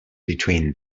between